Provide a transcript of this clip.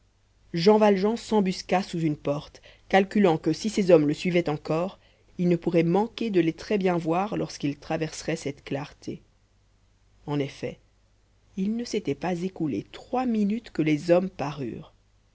jean valjean s'embusqua sous une porte calculant que si ces hommes le suivaient encore il ne pourrait manquer de les très bien voir lorsqu'ils traverseraient cette clarté en effet il ne s'était pas écoulé trois minutes que les hommes parurent